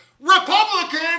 Republican